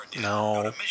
No